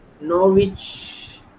Norwich